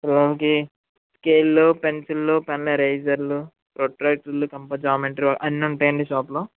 రోమ్కి స్కేళ్ళు పెన్సిళ్ళు పెన్ ఎరేజర్లు ప్రొట్రాక్టర్లు కంపోసర్లు జామెంట్రీ అన్నీ ఉంటాయండి షాప్లో